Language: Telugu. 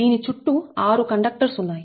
దీని చుట్టూ 6 కండక్టర్స్ ఉన్నాయి